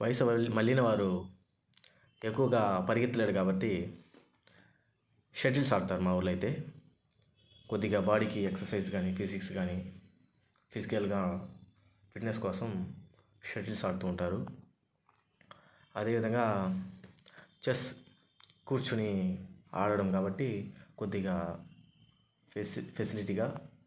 వయసు మళ్ళిన వారు ఎక్కువగా పరిగెత్తలేరు కాబట్టి షటిల్స్ ఆడుతారు మా ఊరిలో అయితే కొద్దిగా బాడీకి ఎక్ససైజ్ కానీ ఫిజిక్స్ కానీ ఫిజికల్గా ఫిట్నెస్ కోసం షటిల్స్ ఆడుతూ ఉంటారు అదేవిధంగా చెస్ కూర్చొని ఆడడం కాబట్టి కొద్దిగా ఫేస్ ఫెసిలిటీగా